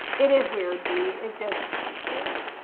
it is weird dee, it just is,